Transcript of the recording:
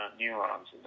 neurons